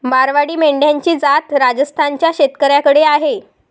मारवाडी मेंढ्यांची जात राजस्थान च्या शेतकऱ्याकडे आहे